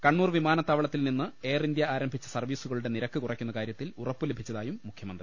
കണ്ണൂർ വിമാനത്താവളത്തിൽ നിന്ന് Air India ആരംഭിച്ച സർവീസുകളുടെ നിരക്ക് കുറയ്ക്കുന്ന കാര്യത്തിൽ ഉറപ്പു ലഭിച്ചതായും മുഖ്യമന്ത്രി